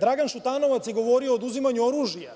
Dragan Šutanovac je govorio o oduzimanju oružja